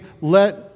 let